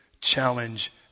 challenge